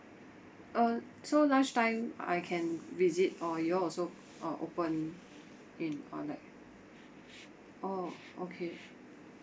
uh so lunchtime I can visit or y'all also uh open in all that orh okay